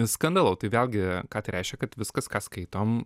skandalu tai vėlgi ką tai reiškia kad viskas ką skaitom